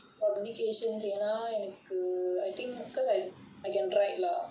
publication ஏனா எனக்கு:yaenaa enakku I think because I I can write lah